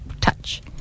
touch